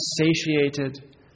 satiated